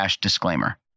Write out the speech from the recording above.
disclaimer